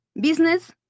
business